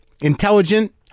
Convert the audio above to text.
intelligent